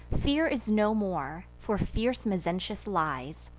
fear is no more, for fierce mezentius lies,